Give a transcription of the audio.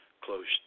closed